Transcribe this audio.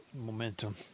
Momentum